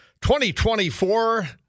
2024